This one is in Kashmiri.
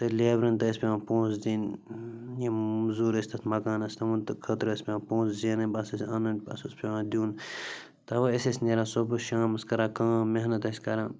تہِ لیبرَن تہٕ ٲسۍ پٮ۪وان پونٛسہٕ دِن یِم مزوٗر ٲسۍ تَتھ مکانَس تِمَن تہٕ خٲطرٕ ٲسۍ پٮ۪وان پونٛسہٕ زینٕنۍ بَس ٲسۍ اَنان بَس اوس پٮ۪وان دیُن تَوَے أسۍ ٲسۍ نیران صُبہٕ شامَس کران کٲم محنت ٲسۍ کران